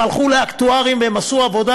הם הלכו לאקטוארים והם עשו עבודה,